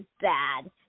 bad